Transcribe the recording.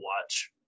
watch